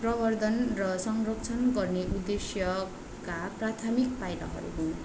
प्रवर्द्धन र संरक्षण गर्ने उद्देश्यका प्राथामिक पाइलाहरू हुन्